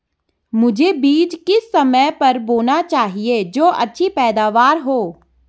मुझे बीज किस समय पर बोना चाहिए जो अच्छी पैदावार हो?